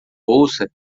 bolsa